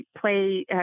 play